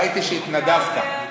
ראיתי שהתנדבת.